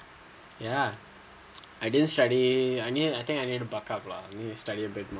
ya I didn't study and ya I think I need backup lah study a bit more